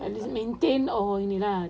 at least maintain or ini lah